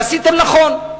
ועשיתם נכון.